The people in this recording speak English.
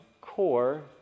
core